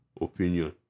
opinion